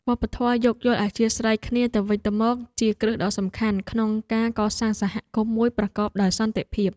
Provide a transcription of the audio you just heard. វប្បធម៌យោគយល់អធ្យាស្រ័យគ្នាទៅវិញទៅមកជាគ្រឹះដ៏សំខាន់ក្នុងការកសាងសហគមន៍មួយប្រកបដោយសន្តិភាព។